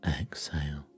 exhale